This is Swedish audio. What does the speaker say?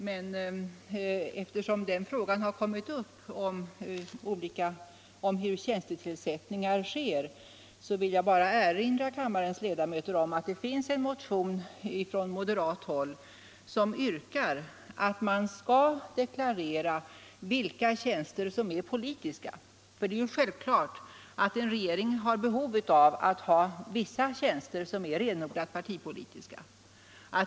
Men eftersom frågan kommit upp om hur tjänstetillsättningar sker vill jag bara erinra kammarens ledamöter om att det finns en motion från moderat håll som yrkar att man skall deklarera vilka tjänster som är politiska. Det är ju klart att en regering har behov av att ha vissa tjänster som är renodlat partipolitiska.